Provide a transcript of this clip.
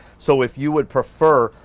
so if you would prefer,